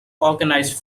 organised